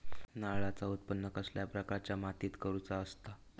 नारळाचा उत्त्पन कसल्या प्रकारच्या मातीत करूचा असता?